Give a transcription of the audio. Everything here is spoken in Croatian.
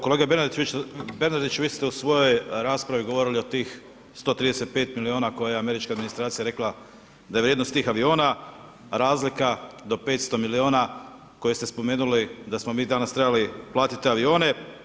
Kolega Bernardić, vi ste u svojoj raspravi govorili o tih 135 milijuna koja je američka administracija rekla, da je vrijednost tih aviona, razlika do 500 milijuna koje ste spomenuli, da smo mi danas trebali platiti avione.